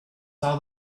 saw